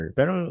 Pero